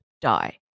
die